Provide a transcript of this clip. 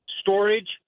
storage